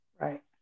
right